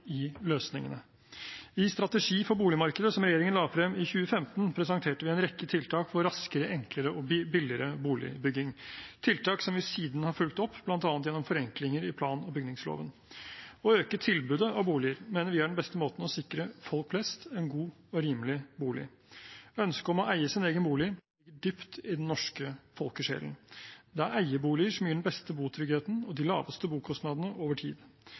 i løsningene. I strategien for boligmarkedet som regjeringen la frem i 2015, presenterte vi en rekke tiltak for raskere, enklere og billigere boligbygging, tiltak som vi siden har fulgt opp, bl.a. gjennom forenklinger i plan- og bygningsloven. Å øke tilbudet av boliger mener vi er den beste måten å sikre folk flest en god og rimelig bolig på. Ønsket om å eie sin egen bolig ligger dypt i den norske folkesjelen. Det er eierboliger som gir den beste botryggheten og de laveste bokostnadene over tid.